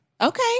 Okay